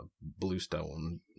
bluestone